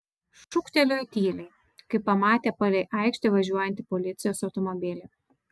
šūktelėjo tyliai kai pamatė palei aikštę važiuojantį policijos automobilį